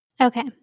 Okay